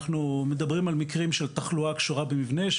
אנחנו מדברים על מקרים של תחלואה הקשורה במבנה,